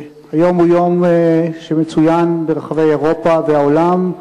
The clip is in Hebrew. היום הוא יום שמצוין ברחבי אירופה והעולם.